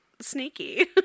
sneaky